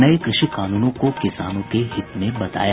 नये कृषि कानूनों को किसानों के हित में बताया